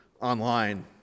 online